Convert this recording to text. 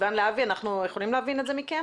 סיון להבי, אנחנו יכולים להבין מכם